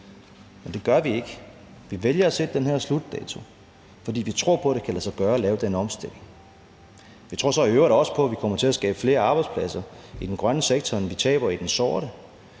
men det gør vi ikke. Vi vælger at sætte den her slutdato, fordi vi tror på, at det kan lade sig gøre at lave den omstilling. Vi tror så i øvrigt også på, at vi kommer til at skabe flere arbejdspladser i den grønne sektor, end vi taber i den sorte,